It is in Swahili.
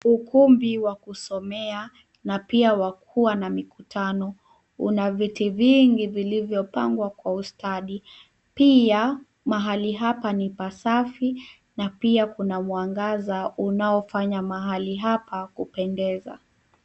Ukumbi wa kusomea na pia wa kuwa na mikutano, una viti vingi vilivyopangwa kwa ustadhi. Pia mahali hapa ni pasafi na pia kuna mwangaza unaofanya mahali hapa kupendeza.